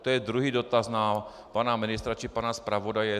To je druhý dotaz na pana ministra či pana zpravodaje.